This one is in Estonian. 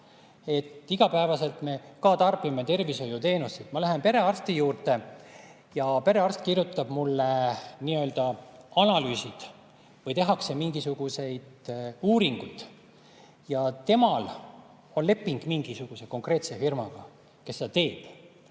Me tarbime iga päev tervishoiuteenuseid. Ma lähen perearsti juurde ja perearst kirjutab mulle analüüsid või tehakse mingisuguseid uuringuid. Ja temal on leping mingisuguse konkreetse firmaga, kes seda teeb.